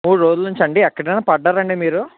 మూడు రోజుల నుంచి అండి ఎక్కడన్న పడ్డారండి మీరు